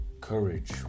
Courage